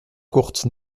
courtes